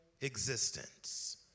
existence